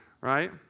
Right